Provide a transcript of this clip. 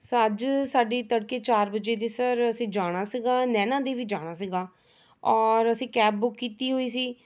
ਸੋ ਅੱਜ ਸਾਡੀ ਤੜਕੇ ਚਾਰ ਵਜੇ ਦੀ ਸਰ ਅਸੀਂ ਜਾਣਾ ਸੀਗਾ ਨੈਣਾ ਦੇਵੀ ਜਾਣਾ ਸੀਗਾ ਔਰ ਅਸੀਂ ਕੈਬ ਬੁੱਕ ਕੀਤੀ ਹੋਈ ਸੀ